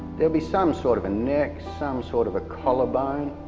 there'll be some sort of a neck, some sort of a collar bone,